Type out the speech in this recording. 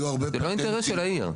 זה לא האינטרס של העיר.